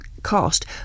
cost